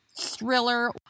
thriller